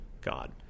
God